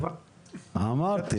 אנשים מתים בגלל שריפות.